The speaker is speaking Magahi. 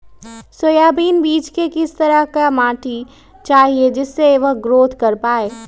सोयाबीन बीज को किस तरह का मिट्टी चाहिए जिससे वह ग्रोथ कर पाए?